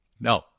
No